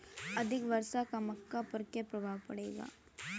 अधिक वर्षा का मक्का पर क्या प्रभाव पड़ेगा?